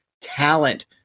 talent